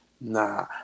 nah